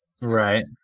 Right